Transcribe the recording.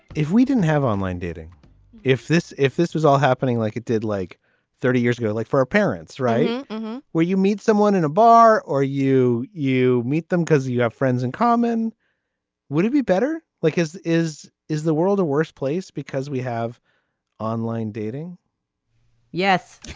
if we didn't have online dating if this if this was all happening like it did like thirty years ago like for our parents right where you meet someone in a bar or you you meet them because you have friends in common would it be better. like because is is the world a worse place because we have online dating yes